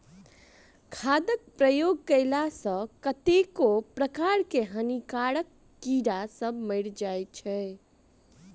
खादक प्रयोग कएला सॅ कतेको प्रकारक हानिकारक कीड़ी सभ मरि जाइत छै